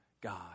God